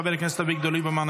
חבר הכנסת אביגדור ליברמן,